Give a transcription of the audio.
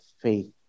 faith